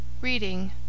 Reading